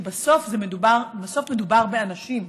כי בסוף מדובר באנשים,